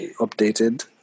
updated